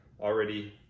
already